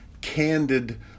candid